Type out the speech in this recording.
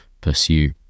pursue